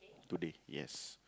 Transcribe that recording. today yes